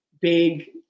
big